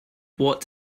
what